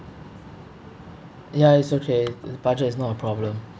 ya it's okay budget is not a problem